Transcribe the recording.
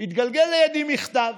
התגלגל לידי מכתב